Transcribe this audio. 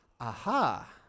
Aha